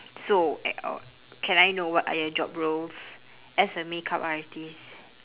so can I know what are your job roles as a makeup artist